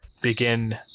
begin